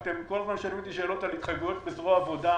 אתם כל הזמן שואלים אותי שאלות על התחייבויות בזרוע עבודה,